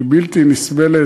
היא בלתי נסבלת.